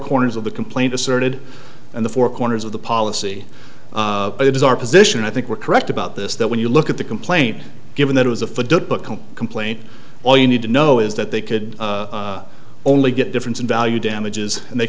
corners of the complaint asserted in the four corners of the policy it is our position i think we're correct about this that when you look at the complaint given that it was a complaint all you need to know is that they could only get difference in value damages and they